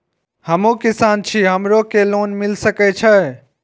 हमू किसान छी हमरो के लोन मिल सके छे?